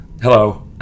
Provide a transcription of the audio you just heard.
hello